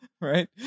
Right